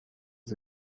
vis